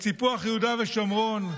את סיפוח יהודה ושומרון.